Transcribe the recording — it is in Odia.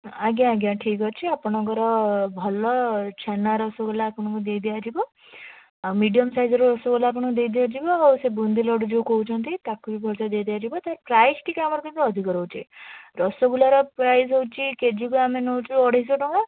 ଆଜ୍ଞା ଆଜ୍ଞା ଠିକ୍ ଅଛି ଆପଣଙ୍କର ଭଲ ଛେନା ରସଗୋଲା ଆପଣଙ୍କୁ ଦେଇଦିଆଯିବ ଆଉ ମିଡ଼ିଅମ୍ ସାଇଜର ରସଗୋଲା ଆପଣଙ୍କୁ ଦେଇଦିଆଯିବ ଆଉ ସେ ବୁନ୍ଦିଲଡ଼ୁ ଯେଉଁ କହୁଛନ୍ତି ତାକୁବି ଭଲସେ ଦେଇଦିଆଯିବ ତା ପ୍ରାଇସ୍ ଟିକିଏ ଆମର କିନ୍ତୁ ଅଧିକ ରହୁଛି ରସଗୋଲାର ପ୍ରାଇସ୍ ହେଉଛି କେଜିକୁ ଆମେ ନେଉଛୁ ଅଢ଼େଇଶହ ଟଙ୍କା